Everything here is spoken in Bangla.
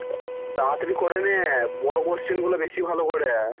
তাড়াতাড়ি করে নে বড়ো কোশ্চেনগুলো বেশি ভালো করে